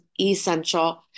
Essential